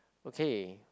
okay